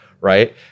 right